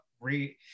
re